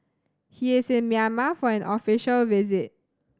he is in Myanmar for an official visit